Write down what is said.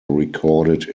recorded